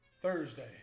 Thursday